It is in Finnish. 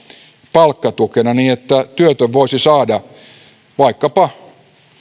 palkkatukena niin että työtön voisi saada vaikkapa